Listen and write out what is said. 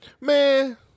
Man